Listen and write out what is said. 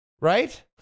Right